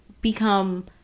become